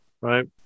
right